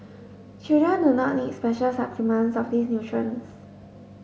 children do not need special supplements of these nutrients